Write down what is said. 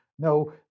No